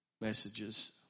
messages